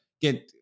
get